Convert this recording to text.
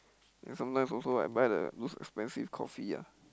then sometimes also I buy the those expensive coffee ah